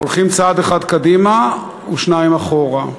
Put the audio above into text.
הולכים צעד אחד קדימה ושניים אחורה,